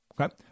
Okay